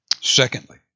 Secondly